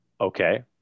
Okay